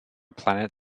planet